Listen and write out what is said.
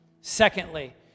Secondly